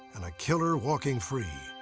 and a killer walking free.